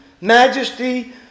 majesty